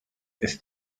ist